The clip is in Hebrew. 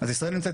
אז ישראל נמצאת,